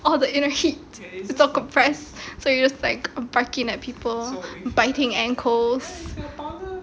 all the inner heat all compressed so you're just like barking at people biting ankles